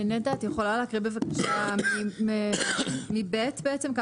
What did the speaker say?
נטע, את יכולה להקריא בבקשה מסעיף (ב), בעצם.